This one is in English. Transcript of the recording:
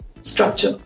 structure